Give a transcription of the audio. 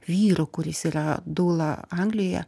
vyru kuris yra dula anglija